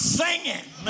singing